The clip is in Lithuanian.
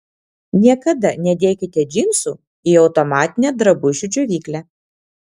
niekada nedėkite džinsų į automatinę drabužių džiovyklę